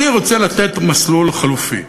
אני רוצה לתת מסלול חלופי,